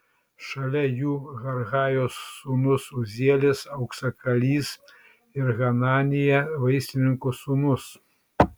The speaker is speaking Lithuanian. šalia jų harhajos sūnus uzielis auksakalys ir hananija vaistininko sūnus